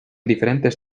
diferentes